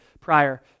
prior